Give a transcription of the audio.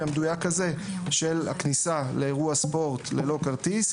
המדויק הזה של הכניסה לאירוע ספורט ללא כרטיס,